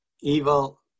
evil